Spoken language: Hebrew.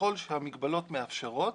ככל שהמגבלות מאפשרות